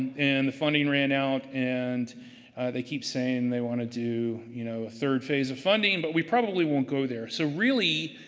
and the funding ran out, and they keep saying they want to do you know, a third phase of funding. but we probably won't go there. so, really,